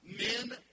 Men